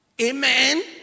amen